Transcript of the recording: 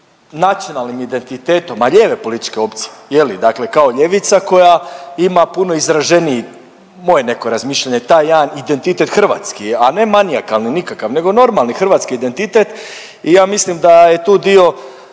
načinom, ali i identitetom, a lijeve političke opcije, je li dakle kao ljevica koja ima puno izraženiji, moje neko razmišljanje, taj jedan identitet hrvatski, a ne manijakalni nikakav nego normalni hrvatski identitet i ja mislim da je tu dio